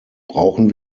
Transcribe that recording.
brauchen